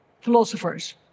philosophers